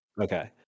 Okay